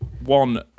one